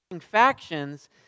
factions